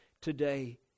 today